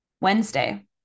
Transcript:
Wednesday